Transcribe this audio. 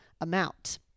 amount